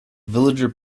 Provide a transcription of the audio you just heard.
villager